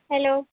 hello